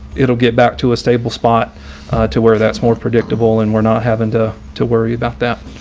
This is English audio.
it'll get back to a stable spot to where that's more predictable, and we're not having to to worry about that.